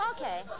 Okay